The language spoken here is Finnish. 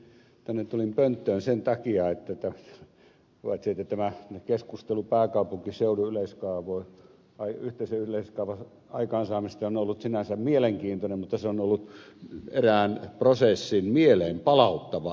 tulin tänne pönttöön sen takia että tämä keskustelu pääkaupunkiseudun yhteisen yleiskaavan aikaansaamisesta on ollut paitsi sinänsä mielenkiintoinen myös äärimmäisen voimakkaasti erään prosessin mieleen palauttava